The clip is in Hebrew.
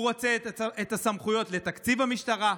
הוא רוצה את הסמכויות לתקציב המשטרה,